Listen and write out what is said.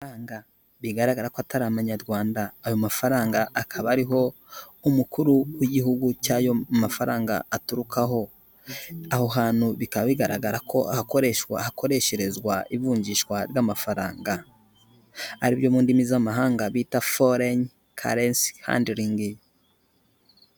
Amafaraga bigaragara ko atari amanyarwanda ayo mafaranga akaba ariho umukuru w'igihugu cy'ayo mafaranga aturukaho aho hantu bikaba bigaragara ko hakoreshwa hakoresherezwa ivunjishwa ry'amafaranga aribyo mu ndimi z'amahanga bita foreyini karensi handoringi.